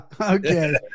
Okay